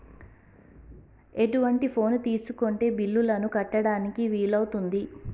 ఎటువంటి ఫోన్ తీసుకుంటే బిల్లులను కట్టడానికి వీలవుతది?